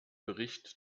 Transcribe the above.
bericht